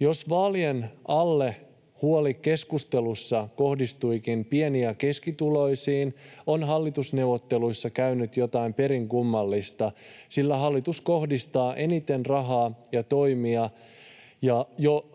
Jos vaalien alla huoli keskustelussa kohdistuikin pieni- ja keskituloisiin, on hallitusneuvotteluissa käynyt jotain perin kummallista, sillä hallitus kohdistaa eniten rahaa ja toimia